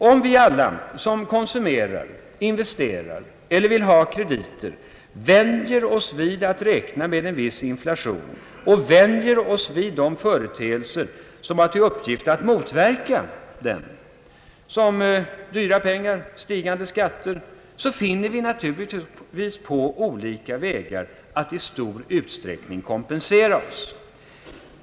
Om vi alla som konsumerar, investerar eller vill ha krediter, vänjer oss vid att räkna med en viss inflation och vänjer oss vid de företeelser som har till uppgift att motverka den, såsom dyra pengar eller stigande skatter, så finner vi naturligtvis olika vägar att i stor utsträckning kompensera oss.